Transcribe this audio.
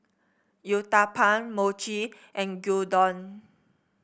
Uthapam Mochi and Gyudon